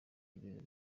ibintu